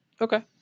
Okay